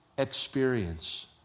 experience